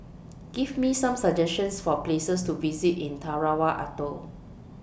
Give Me Some suggestions For Places to visit in Tarawa Atoll